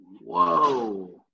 Whoa